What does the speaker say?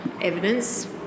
evidence